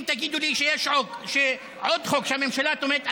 אם תגידו לי שיש עוד חוק שהממשלה תומכת,